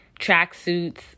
tracksuits